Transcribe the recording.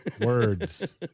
Words